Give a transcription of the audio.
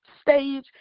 stage